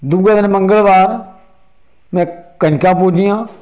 दुए दिन मंगलबार में कंजका पूजियां